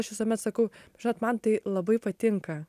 aš visuomet sakau žinot man tai labai patinka